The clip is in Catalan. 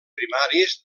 primaris